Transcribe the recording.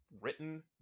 written